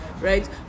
right